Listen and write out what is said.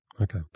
Okay